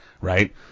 right